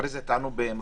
אחרי זה תענו במרוכז.